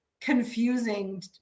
confusing